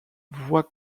voit